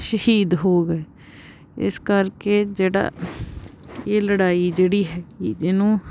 ਸ਼ਹੀਦ ਹੋ ਗਏ ਇਸ ਕਰਕੇ ਜਿਹੜਾ ਇਹ ਲੜਾਈ ਜਿਹੜੀ ਹੈਗੀ ਜਿਹਨੂੰ